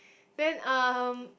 then um